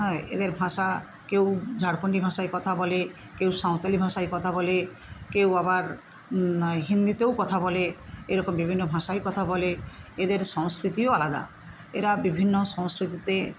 হ্যাঁ এদের ভাষা কেউ ঝাড়খন্ডী ভাষায় কথা বলে কেউ সাঁওতালি ভাষায় কথা বলে কেউ আবার হিন্দিতেও কথা বলে এরকম বিভিন্ন ভাষায় কথা বলে এদের সংস্কৃতিও আলাদা এরা বিভিন্ন সংস্কৃতিতে